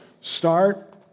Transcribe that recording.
start